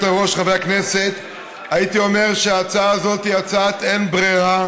חברת הכנסת תמר זנדברג,